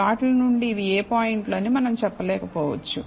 ప్లాట్లు నుండి ఇవి ఏ పాయింట్లు అని మనం చెప్పలేకపోవచ్చు